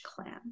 clan